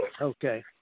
Okay